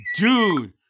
Dude